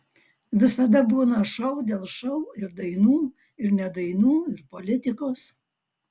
visada būna šou dėl šou ir dainų ir ne dainų ir politikos